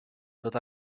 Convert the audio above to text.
tot